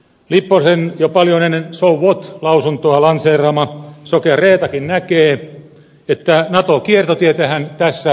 lipposen jo paljon ennen so what lausuntoa lanseeraaman fraasin mukaan sokea reettakin näkee että nato kiertotietähän tässä haetaan